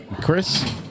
Chris